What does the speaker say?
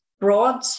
broad